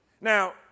Now